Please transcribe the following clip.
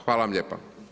Hvala vam lijepa.